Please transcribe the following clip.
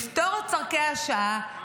לפתור את צורכי השעה,